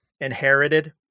inherited